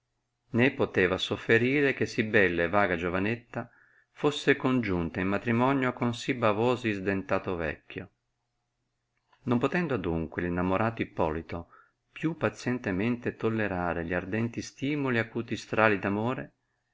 né poteva sofferire che sì bella e vaga giovanetta fusse congiunta in matrimonio con sì bavoso ed isdentato vecchio non potendo adunque l innamorato ippolito più pazientemente tollerare gli ardenti stimoli ed acuti strali